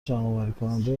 جمعآوریکننده